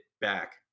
back